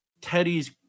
Teddy's